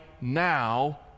now